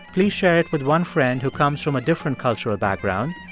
please share it with one friend who comes from a different cultural background.